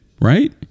right